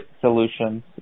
solutions